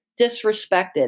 disrespected